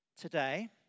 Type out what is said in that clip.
Today